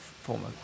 former